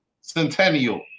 Centennial